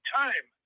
time